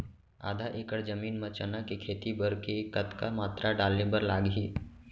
आधा एकड़ जमीन मा चना के खेती बर के कतका मात्रा डाले बर लागही?